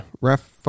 Ref